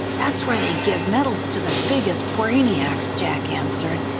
that's where they give medals to the biggest brainiacs, jack answered.